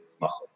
muscle